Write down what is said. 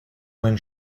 when